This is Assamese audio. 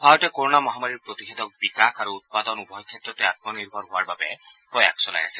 ভাৰতে কৰনা মহামাৰীৰ প্ৰতিষেধক বিকাশ আৰু উৎপাদন উভয় ক্ষেত্ৰতে আত্ম নিৰ্ভৰ হোৱাৰ বাবে প্ৰয়াস চলাই আছে